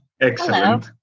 Excellent